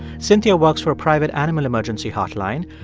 cynthia works for a private animal emergency hotline.